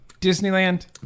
Disneyland